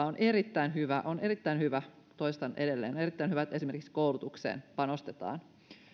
on erittäin hyvä on erittäin hyvä toistan edelleen erittäin hyvä että esimerkiksi koulutukseen panostetaan mutta se mikä tässä ehkä hiukan on kuitenkin huolestuttavaa on se että